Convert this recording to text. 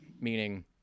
meaning